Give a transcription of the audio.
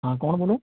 હા કોણ બોલો